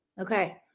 Okay